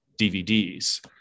DVDs